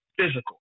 physical